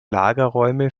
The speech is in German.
lagerräume